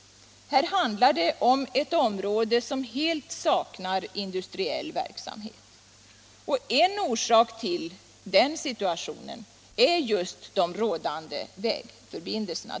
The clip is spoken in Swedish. Här handlar det om ett område som helt saknar industriell verksamhet. En orsak till situationen är de dåliga vägförbindelserna.